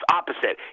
opposite